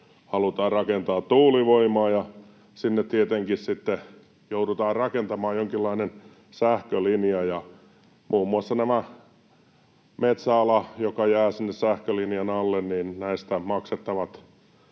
halutaan rakentaa tuulivoimaa, ja sinne tietenkin sitten joudutaan rakentamaan jonkinlainen sähkölinja, ja muun muassa näistä metsäaloista, jotka jäävät sinne sähkölinjan alle, omistajille maksettavat